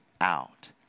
out